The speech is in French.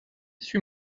suis